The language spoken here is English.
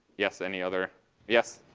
yes? any other yes?